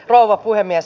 rouva puhemies